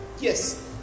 yes